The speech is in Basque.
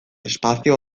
espazio